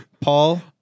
Paul